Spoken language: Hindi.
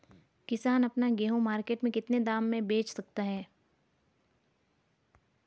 किसान अपना गेहूँ मार्केट में कितने दाम में बेच सकता है?